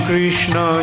Krishna